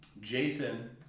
Jason